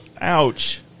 Ouch